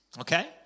Okay